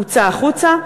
הוצא החוצה.